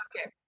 Okay